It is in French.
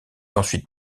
ensuite